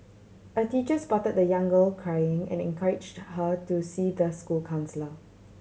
a teacher spotted the young girl crying and encouraged her to see the school counsellor